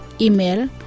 Email